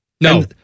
No